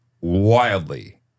wildly